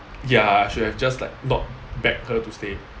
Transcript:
ya I should have just like not begged her to stay